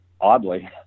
oddly